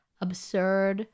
absurd